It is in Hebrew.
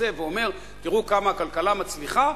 מתייצב ואומר: תראו כמה הכלכלה מצליחה,